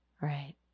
Right